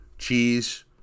Cheese